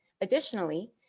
Additionally